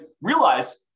realize